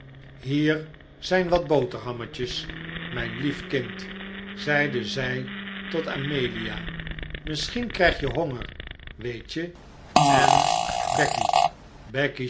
hier zijn wat boterhammetjes mijn lieve kind zeide zij tot amelia misschien krijg je honger weet je en becky becky